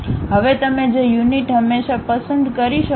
હવે તમે જે યુનિટ હંમેશા પસંદ કરી શકો છો